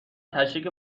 تشریک